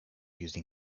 using